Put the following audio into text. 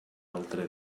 altre